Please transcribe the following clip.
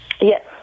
Yes